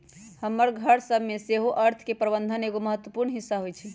हमरो घर सभ में सेहो अर्थ के प्रबंधन एगो महत्वपूर्ण हिस्सा होइ छइ